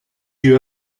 you